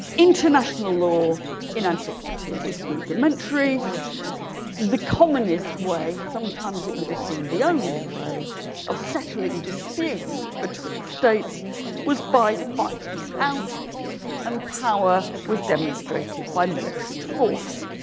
international law in antiquity was rudimentary the communist way sometimes it would have seen the only way of settling disputes between states was by fighting it out and power was demonstrated by military force